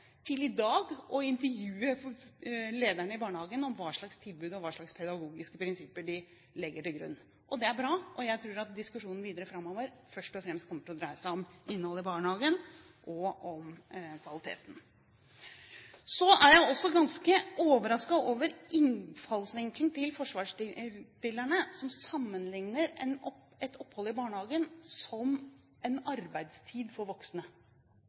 I dag intervjues lederen i barnehagen om hva slags tilbud man har, og hvilke pedagogiske prinsipper man legger til grunn. Det er bra. Jeg tror at diskusjonen videre framover først og fremst kommer til å dreie seg om innholdet og kvaliteten i barnehagen. Så er jeg også ganske overrasket over innfallsvinkelen til forslagsstillerne; de sammenligner et opphold i barnehagen med en arbeidstid for voksne.